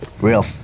real